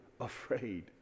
afraid